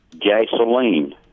gasoline